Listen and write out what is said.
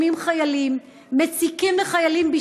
מצלמים חיילים,